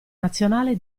nazionale